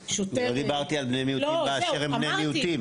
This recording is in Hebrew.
-- לא דיברתי על בני מיעוטים באשר הם בני מיעוטים.